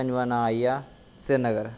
पं'जमां नांऽ आई गेआ श्रीनगर